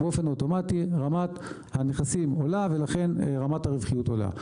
באופן אוטומטי רמת הנכסים עולה ולכן רמת הרווחיות עולה.